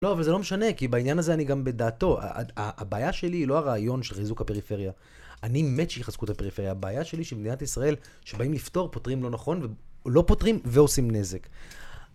לא, אבל זה לא משנה, כי בעניין הזה אני גם בדעתו, הבעיה שלי היא לא הרעיון של חיזוק הפריפריה. אני מת שיחזקו את הפריפריה. הבעיה שלי היא שמדינת ישראל, שבאים לפתור, פותרים לא נכון, לא פותרים ועושים נזק.